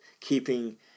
keeping